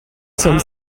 some